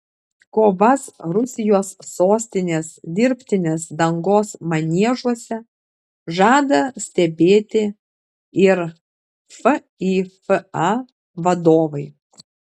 kovas rusijos sostinės dirbtinės dangos maniežuose žada stebėti ir fifa vadovai